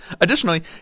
Additionally